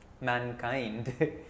mankind